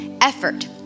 effort